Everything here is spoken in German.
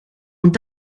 und